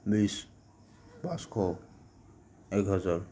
বিছ পাঁচশ এক হাজাৰ